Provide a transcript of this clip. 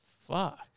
Fuck